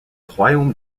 royaume